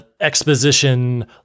exposition